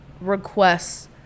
requests